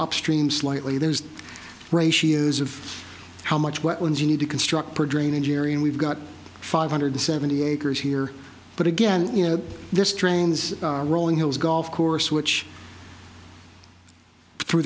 upstream slightly there is ratios of how much what would you need to construct per drainage area and we've got five hundred seventy acres here but again you know this train's rolling hills golf course which through